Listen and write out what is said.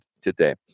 today